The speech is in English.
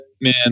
man